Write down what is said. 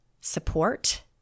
support